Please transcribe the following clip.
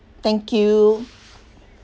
thank you